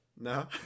No